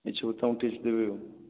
ଏହିସବୁ ତୁମକୁ ଟିପ୍ସ୍ ଦେବି ଆଉ